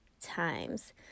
times